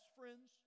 friends